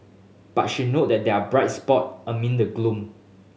but she note that they are bright spot amid the gloom